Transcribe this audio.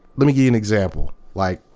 let me give an example. like,